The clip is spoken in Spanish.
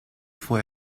fue